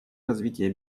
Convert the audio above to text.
развитие